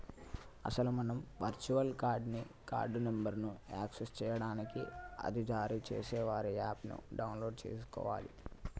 అసలు మనం virtual card ని కార్డు నెంబర్ను యాక్సెస్ చేయడానికి అది జారీ చేసే వారి యాప్ ను డౌన్లోడ్ చేసుకోవాలి